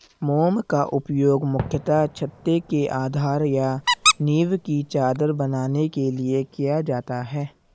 मोम का उपयोग मुख्यतः छत्ते के आधार या नीव की चादर बनाने के लिए किया जाता है